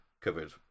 covered